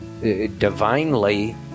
divinely